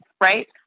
right